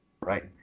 right